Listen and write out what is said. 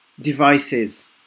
devices